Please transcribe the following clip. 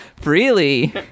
freely